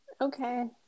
Okay